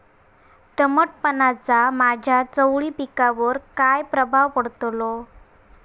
दमटपणाचा माझ्या चवळी पिकावर काय प्रभाव पडतलो?